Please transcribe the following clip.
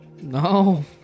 No